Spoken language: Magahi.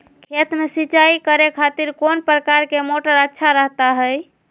खेत में सिंचाई करे खातिर कौन प्रकार के मोटर अच्छा रहता हय?